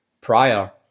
prior